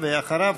ואחריו,